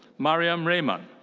maryam rehman.